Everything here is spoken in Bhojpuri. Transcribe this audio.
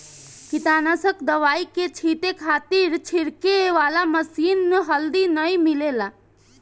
कीटनाशक दवाई के छींटे खातिर छिड़के वाला मशीन हाल्दी नाइ मिलेला